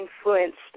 influenced